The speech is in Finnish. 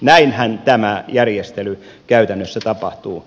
näinhän tämä järjestely käytännössä tapahtuu